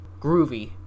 Groovy